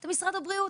אתם משרד הבריאות,